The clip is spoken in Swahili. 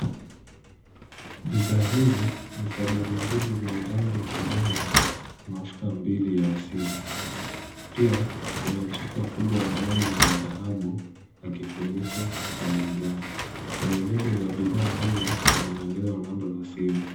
Bidhaa hizi ni sabuni mbili za rangi ya kijani, mafuta mbili ya asili. Pia kuna chupa kubwa ya rangi ya dhahabu na kifuniko cha manjano. Kwenye lebo ya bidhaa hizo, kuna maelezo na namba za simu.